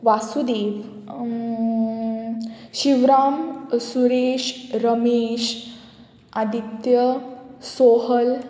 Vasudev Shivram Suresh Ramesh Aditya Sohal